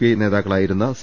I നേതാക്കളായിരുന്ന C